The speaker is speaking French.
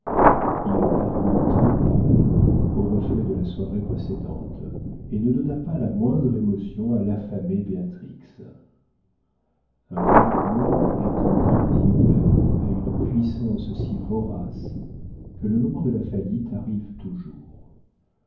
il parut très pâle au reflet de la soirée précédente et ne donna pas la moindre émotion à l'affamée béatrix un grand amour est un crédit ouvert à une puissance si vorace que le moment de la faillite arrive toujours